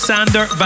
Sander